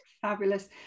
fabulous